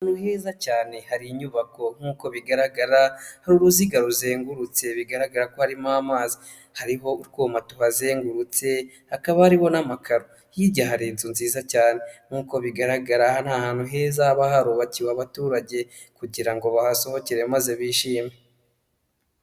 Ni heza cyane hari inyubako nkuko bigaragara, hari uruziga ruzengurutse bigaragara ko harimo amazi. Hariho utwuma tuhazengurutse, hakaba harimo n'amakaro. Hirya hari inzu nziza cyane. Nk'uko bigaragara aha ni ahantu heza haba harubakiwe abaturage kugira ngo bahasohokere maze bishime.